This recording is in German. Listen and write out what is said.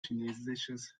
chinesisches